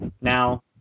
Now